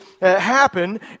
happen